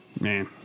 man